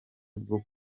bwo